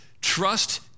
Trust